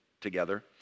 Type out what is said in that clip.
together